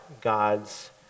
God's